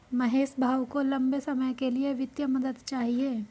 महेश भाऊ को लंबे समय के लिए वित्तीय मदद चाहिए